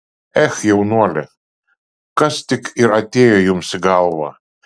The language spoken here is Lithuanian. ech jaunuoli kas tik ir atėjo jums į galvą